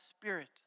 spirit